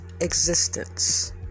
existence